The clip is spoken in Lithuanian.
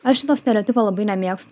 aš šito stereotipo labai nemėgstu